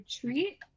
treat